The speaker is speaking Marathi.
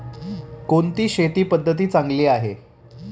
कोणती शेती पद्धती चांगली आहे?